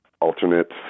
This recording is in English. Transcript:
alternate